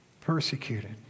persecuted